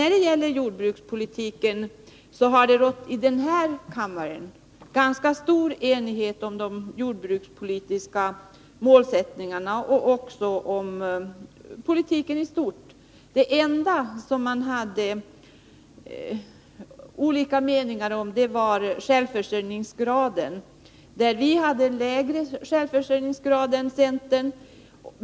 I denna kammare har det rått ganska stor enighet om de jordbrukspolitiska målsättningarna och om jordbrukspolitiken i stort. Det enda som vi har haft olika meningar om är självförsörjningsgraden. Vi ville ha en lägre självförsörjningsgrad än centern.